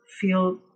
feel